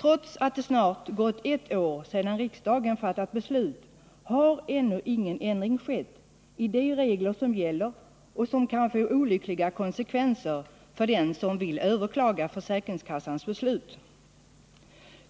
Trots att snart ett år gått sedan riksdagen fattade beslutet har ännu ingen ändring skett i de regler som gäller och som kan få olyckliga konsekvense: för den som vill överklaga försäkringskassans beslut.